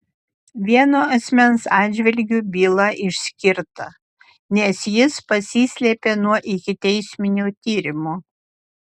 vieno asmens atžvilgiu byla išskirta nes jis pasislėpė nuo ikiteisminio tyrimo